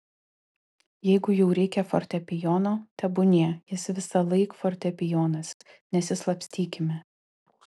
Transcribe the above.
jeigu jau reikia fortepijono tebūnie jis visąlaik fortepijonas nesislapstykime